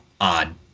odd